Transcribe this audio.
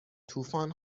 طوفان